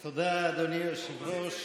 אופוזיציה, תודה, אדוני היושב-ראש.